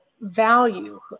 value